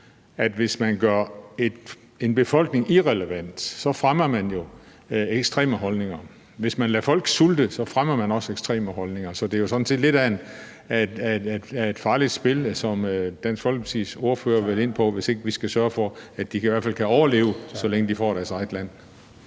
man, hvis man gør en befolkning irrelevant, fremmer ekstreme holdninger, og at man, hvis man lader folk sulte, også fremmer ekstreme holdninger. Så er det jo sådan set lidt af et farligt spil, som Dansk Folkepartis ordfører vil ind på, ikke at sørge for, at de i hvert fald kan overleve, indtil de får deres eget land.